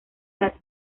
las